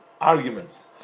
arguments